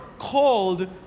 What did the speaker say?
called